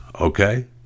Okay